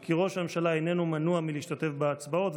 כי ראש הממשלה איננו מנוע מלהשתתף בהצבעות,